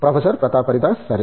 professor Pratap Haridas సరే